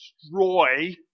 destroy